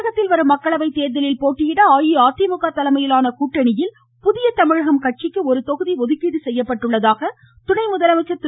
தமிழகத்தில் வரும் மக்களவைத் தேர்தலில் போட்டியிட அஇஅதிமுக தலைமையிலான கூட்டணியில் புதிய தமிழகம் கட்சிக்கு ஒரு தொகுதி ஒதுக்கப்பட்டுள்ளதாக துணை முதலமைச்சர் திரு